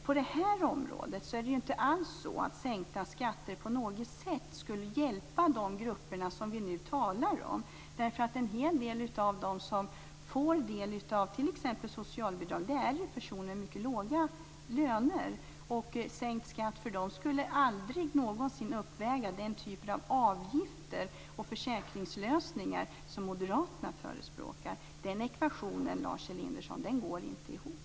På detta område är det inte alls så att sänkta skatter på något sätt skulle hjälpa de grupper som vi nu talar om, därför att en hel del av dem som får del av t.ex. socialbidrag är ju personer med mycket låga löner, och sänkt skatt för dem skulle aldrig någonsin uppväga den typen av avgifter och försäkringslösningar som Moderaterna förespråkar. Den ekvationen, Lars Elinderson, går inte ihop.